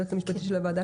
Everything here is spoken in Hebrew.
היועצת המשפטית של הוועדה,